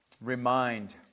remind